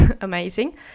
Amazing